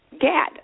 GAD